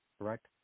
correct